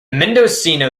mendocino